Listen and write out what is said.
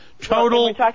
Total